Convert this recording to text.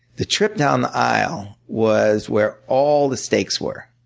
the trip down the aisle was where all the stakes were.